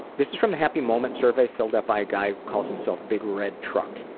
this is from the happy moments survey filled out by a guy who calls himself big red truck.